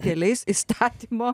keliais įstatymo